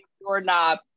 doorknob